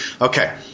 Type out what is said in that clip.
Okay